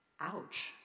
Ouch